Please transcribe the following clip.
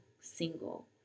single